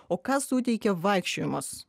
o ką suteikia vaikščiojimas